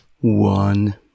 One